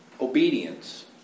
obedience